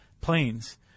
planes